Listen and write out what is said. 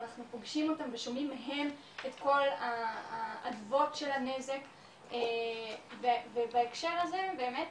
אנחנו פוגשים אותם ושומעים מהם את כל הזוועות של הנזק ובהקשר הזה באמת